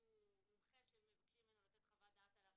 איזשהו מומחה שמבקשים ממנו לתת חוות דעת על הראיות,